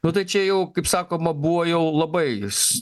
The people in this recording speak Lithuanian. nu tai čia jau kaip sakoma buvo jau labais